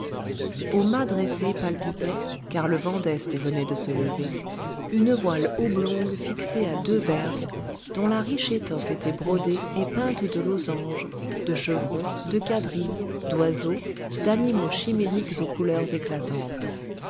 mât dressé palpitait car le vent d'est venait de se lever une voile oblongue fixée à deux vergues dont la riche étoffe était brodée et peinte de losanges de chevrons de quadrilles d'oiseaux d'animaux chimériques aux couleurs éclatantes